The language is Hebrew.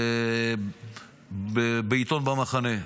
בעיתון במחנה,